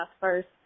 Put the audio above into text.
first